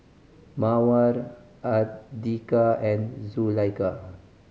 Mawar Andika and Zulaikha